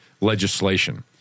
legislation